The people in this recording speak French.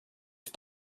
est